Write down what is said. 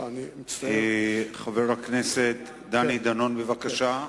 חבר הכנסת דני דנון, בבקשה.